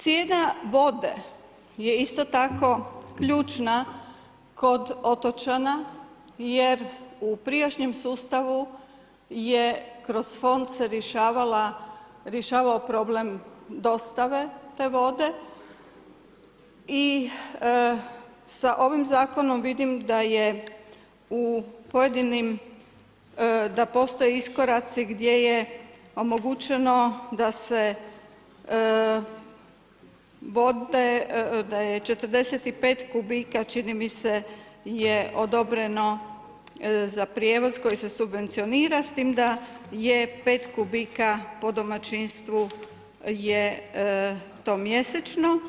Cijena vode je isto tako ključna kod otočana, jer u prijašnjem sustavu, je kroz fond se rješavao problem dostave te vode i sa ovim zakonom, vidim da je u pojedinim da postoje iskoraci, gdje je omogućeno da se vode, da je 45 kubika čini mi se, je odobreno za prijevoz koji se subvencionira, s tim da je 5 kubika po domaćinstvu je to mjesečno.